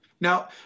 Now